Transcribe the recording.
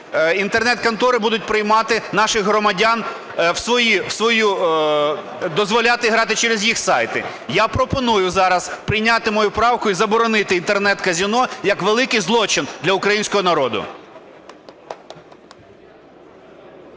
Інтернет-контори будуть приймати наших громадян в свої..., дозволяти грати через їх сайти. Я пропоную зараз прийняти мою правку і заборонити Інтернет-казино як великий злочин для українського народу.